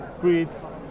breeds